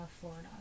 Florida